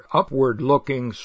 upward-looking